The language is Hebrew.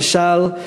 למשל,